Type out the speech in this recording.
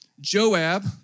Joab